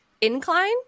incline